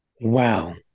Wow